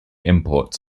imports